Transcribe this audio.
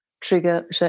trigger